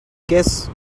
guess